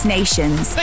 Nations